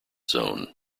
zone